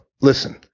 listen